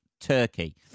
turkey